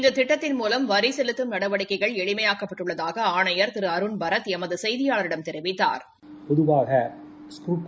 இந்த திட்டத்தின் மூலம் வரி செலுத்தும் நடவடிக்கைகள் எளிமையாக்கப்பட்டுள்ளதாக ஆணையா திரு அருண்பரத் எமது செய்தியாளரிடம் தெரிவித்தாா்